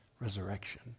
resurrection